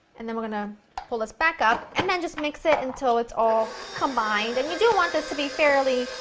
and then we're going to pull this back up and then just mix it until it's all combined. and you do want this to be fairly,